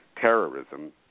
terrorism